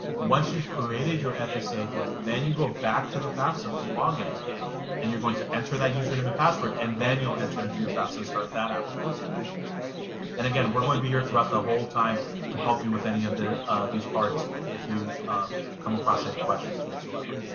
once you've created your fsa id then you go back to the fafsa login and you're going to enter that username and password and then you'll enter into your fafsa and start that application and again we're going to be here throughout the whole time to help you with any of the these parts if you come across any questions whatsoever